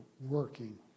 working